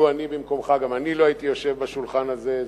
לו אני במקומך גם אני לא הייתי יושב ליד השולחן הזה.